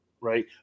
right